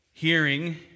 hearing